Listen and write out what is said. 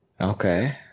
Okay